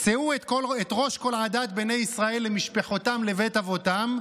"שאו את ראש כל עדת בני ישראל למשפחתם לבית אבתם,